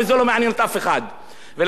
ולכן גם יש לי ביקורת על התקשורת,